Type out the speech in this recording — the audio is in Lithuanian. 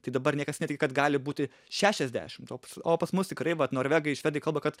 tai dabar niekas netiki kad gali būti šešiasdešim ops o pas mus tikrai vat norvegai švedai kalba kad